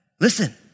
listen